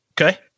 Okay